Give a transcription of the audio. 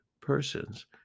persons